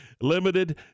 Limited